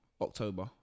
October